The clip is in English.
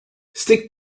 stick